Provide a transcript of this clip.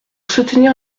soutenir